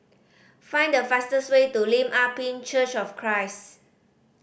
find the fastest way to Lim Ah Pin Church of Christ